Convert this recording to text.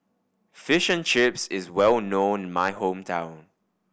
Fish and Chips is well known in my hometown